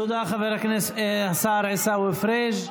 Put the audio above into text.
תודה, השר עיסאווי פריג'.